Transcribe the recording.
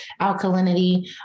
alkalinity